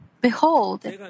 Behold